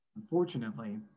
unfortunately